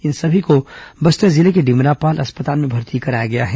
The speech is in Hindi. इन सभी को बस्तर जिले के डिमरापाल अस्पताल में भर्ती कराया गया है